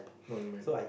what you mean